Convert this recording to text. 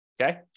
okay